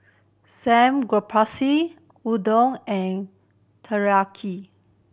Samgyeopsal Udon and Teriyaki